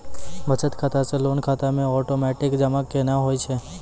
बचत खाता से लोन खाता मे ओटोमेटिक जमा केना होय छै?